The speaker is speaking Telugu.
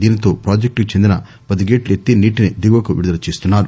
దీనితో ప్రాజెక్టుకు చెందిన పది గేట్లు ఎత్తి నీటిని దిగువకు విడుదల చేస్తున్నారు